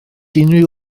unrhyw